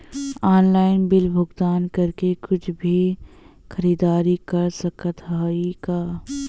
Online bill भुगतान करके कुछ भी खरीदारी कर सकत हई का?